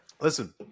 listen